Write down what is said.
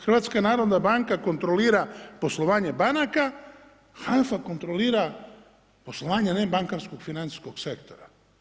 HNB kontrolira poslovanje banaka, HANFA kontrolira poslovanje nebankarskog financijskog sektora.